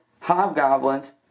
hobgoblins